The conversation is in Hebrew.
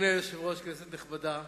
אדוני היושב-ראש, כנסת נכבדה,